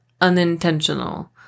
unintentional